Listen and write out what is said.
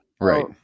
right